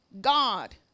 God